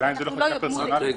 השאלה היא אם זה לא --- רק רגע.